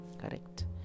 Correct